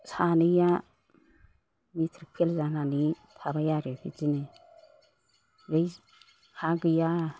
सानैया matric fail जानानै थाबाय आरो बिदिनो बै हा गैया